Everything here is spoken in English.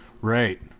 Right